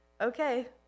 okay